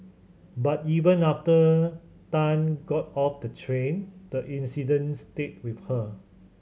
but even after Tan got off the train the incident stayed with her